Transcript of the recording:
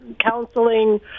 counseling